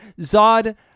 Zod